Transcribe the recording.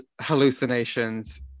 hallucinations